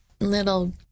little